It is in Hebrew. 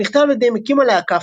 הוא נכתב על ידי מקים הלהקה,